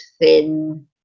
thin